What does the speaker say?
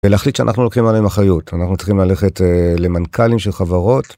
ולהחליט שאנחנו לוקחים עליהם אחריות, אנחנו צריכים ללכת למנכ״לים של חברות.